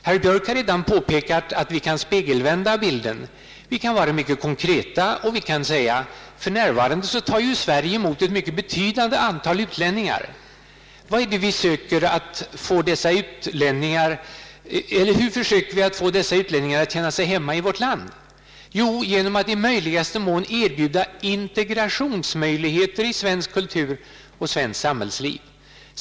Herr Björk har redan påpekat att vi kan spegelvända bilden. Vi kan vara mycket konkreta och säga att Sverige för närvarande tar emot ett mycket betydande antal utlänningar. Hur försöker vi få dessa utlänningar att känna sig hemma i vårt land? Jo, genom att i möjligaste mån erbjuda integrationsmöjligheter i svensk kultur och svenskt samhällsliv.